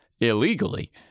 illegally